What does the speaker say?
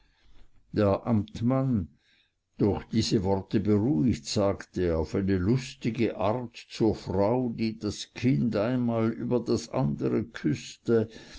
der amtmann durch diese worte beruhigt sagte auf eine lustige art zur frau die das kind einmal über das andere küßte